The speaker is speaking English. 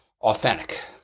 authentic